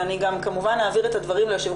ואני גם כמובן אעביר את הדברים ליו"ר